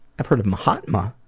i've heard of mahatma.